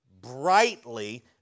brightly